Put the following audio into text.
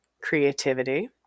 creativity